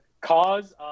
cause